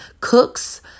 cooks